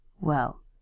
Well